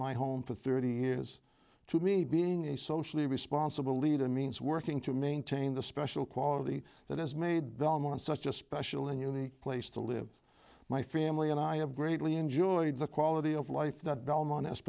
my home for thirty years to me being a socially responsible leader means working to maintain the special quality that has made belmont such a special and unique place to live my family and i have greatly enjoyed the quality of life that belmont